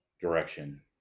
direction